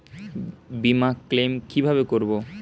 বিমা ক্লেম কিভাবে করব?